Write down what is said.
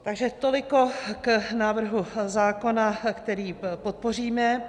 Takže toliko k návrhu zákona, který podpoříme.